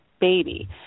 baby